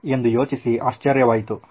ಎಂದು ಯೋಚಿಸಿ ಆಶ್ಚರ್ಯವಾಯಿತು ಹಾಂ